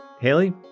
Haley